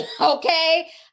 Okay